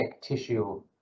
tissue